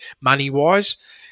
money-wise